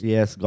Yes